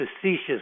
facetious